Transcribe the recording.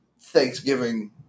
Thanksgiving